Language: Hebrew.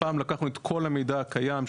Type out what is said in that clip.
הפעם לקחנו את כל המידע הקיים,